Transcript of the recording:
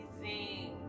amazing